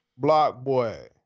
Blockboy